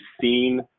seen